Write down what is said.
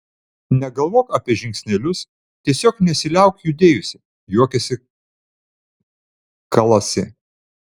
negalvok apie žingsnelius tiesiog nesiliauk judėjusi juokėsi kalasi